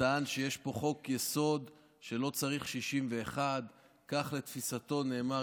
וטען שיש פה חוק-יסוד שלא צריך 61. כך לתפיסתו נאמר